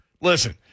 Listen